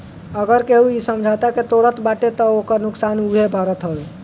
अगर केहू इ समझौता के तोड़त बाटे तअ ओकर नुकसान उहे भरत हवे